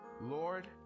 Lord